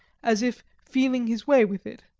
as if feeling his way with it.